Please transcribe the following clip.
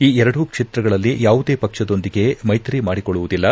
ಈ ಎರಡೂ ಕ್ಷೇತ್ರಗಳಲ್ಲಿ ಯಾವುದೇ ಪಕ್ಷದೊಂದಿಗೆ ಮೈತ್ರಿ ಮಾಡಿಕೊಳ್ಳುವುದಿಲ್ಲ